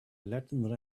latin